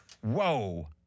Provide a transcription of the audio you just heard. Whoa